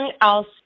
else